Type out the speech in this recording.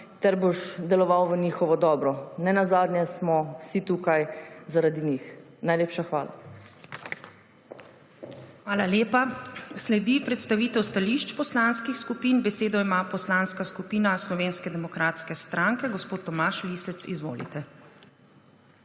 ter boš deloval v njihovo dobro. Nenazadnje smo vsi tukaj zaradi njih. Najlepša hvala. PREDSEDNICA MAG. URŠKA KLAKOČAR ZUPANČIČ: Hvala lepa. Sledi predstavitev stališč poslanskih skupin. Besedo ima Poslanska skupina Slovenske demokratske stranke. Gospod Tomaž Lisec, izvolite.